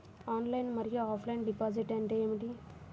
Online మరియు offline deposit అంటే ఏమిటి?